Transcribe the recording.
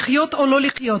לחיות או לא לחיות?